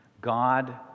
God